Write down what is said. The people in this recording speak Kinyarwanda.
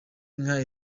inka